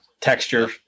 texture